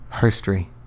History